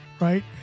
right